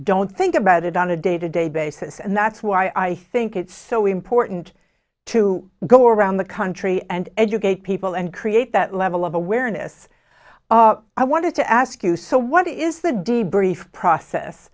don't think about it on a day to day basis and that's why i think it's so important to go around the country and educate people and create that level of awareness i wanted to ask you so what is the debriefing process